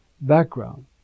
background